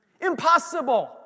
Impossible